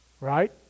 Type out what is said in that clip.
right